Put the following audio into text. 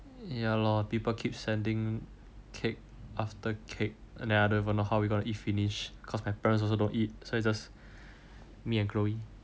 ya lor people keep sending cake after cake then I don't even know how we going to eat finish cause my parents also don't eat so is just me and chloe